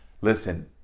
Listen